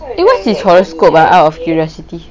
what's his horoscope ah out of curiosity